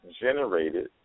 Generated